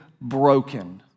broken